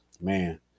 man